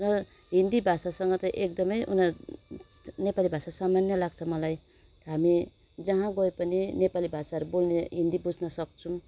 र हिन्दी भाषासँग चाहिँ एकदमै उनीहरू नेपाली भाषा सामान्य लाग्छ मलाई हामी जहाँ गए पनि नेपाली भाषाहरू बोल्ने हिन्दी बुझ्न सक्छौँ